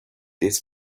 this